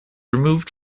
removed